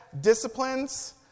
disciplines